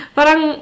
Parang